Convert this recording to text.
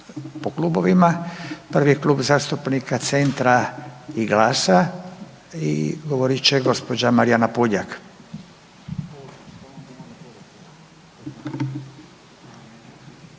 po klubovima. Prvi je Klub zastupnika Centra i GLAS-a i govorit će gđa. Marijana Puljak.